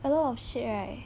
a lot of shit right